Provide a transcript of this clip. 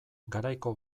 garaiko